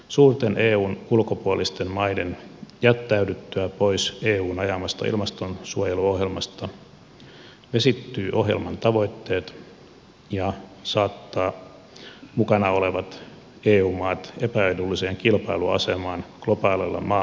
suurten eun ulkopuolisten maiden jättäydyttyä pois eun ajamasta ilmastonsuojeluohjelmasta vesittyvät ohjelman tavoitteet ja se saattaa mukana olevat eu maat epäedulliseen kilpailuasemaan globaaleilla maailmanmarkkinoilla